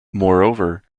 moreover